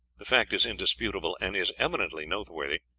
the fact is indisputable, and is eminently noteworthy,